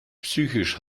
psychisch